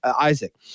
Isaac